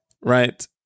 Right